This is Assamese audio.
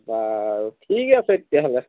বাৰু ঠিক আছে তেতিয়াহ'লে